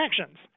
actions